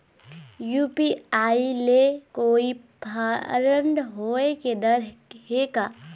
UPI ले कोई fraud होए के डर हे का?